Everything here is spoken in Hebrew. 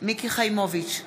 מיקי חיימוביץ'